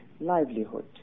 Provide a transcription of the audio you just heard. livelihood